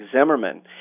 Zimmerman